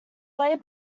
lay